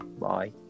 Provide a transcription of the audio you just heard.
bye